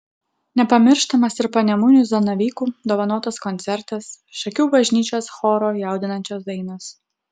nepamirštamas ir panemunių zanavykų dovanotas koncertas šakių bažnyčios choro jaudinančios dainos